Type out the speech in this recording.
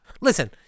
Listen